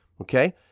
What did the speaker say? Okay